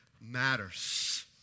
matters